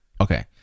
Okay